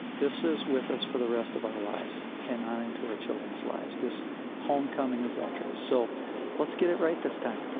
this is with us for the rest of our lives and on into our children's lives, this homecoming of veterans. so let's get it right this time